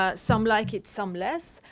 ah some like it, some less.